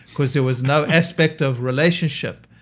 because there was no aspect of relationship.